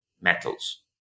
metals